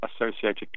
associated